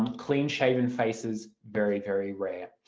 um clean-shaven faces very, very rare.